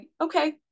okay